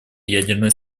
ядерной